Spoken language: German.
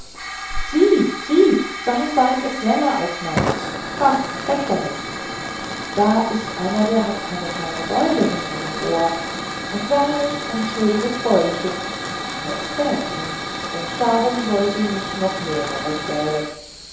sieh sieh sein bein ist länger als meins baff weg damit da ist einer der hat eine kleine beule hinter dem ohr ein kleines unschuldiges beulchen aber sie quält ihn und darum soll sie nicht noch mehrere quälen